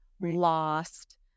lost